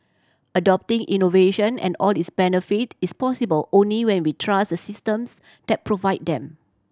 adopting innovation and all its benefit is possible only when we trust the systems that provide them